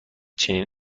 چنین